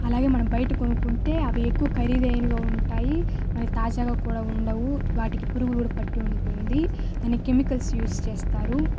అలాగే మనం బయట కొనుకుంటే అవి ఎక్కువ ఖరీదైనవి ఉంటాయి మరలా తాజాగా కూడా ఉండవు వాటికి పురుగు కూడా పట్టి ఉంటుంది దానికి కెమికల్స్ యూజ్ చేస్తారు